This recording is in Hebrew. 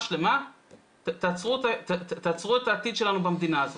שלמה תעצרו את העתיד שלנו במדינה הזאת.